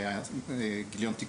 נראה לי שהיה גיליון תיקון.